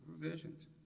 provisions